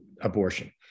abortion